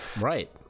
Right